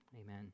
amen